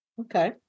Okay